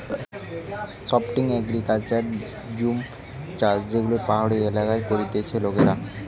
shifting agriculture জুম চাষযেগুলো পাহাড়ি এলাকায় করতিছে লোকেরা